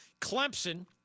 Clemson